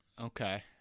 Okay